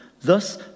Thus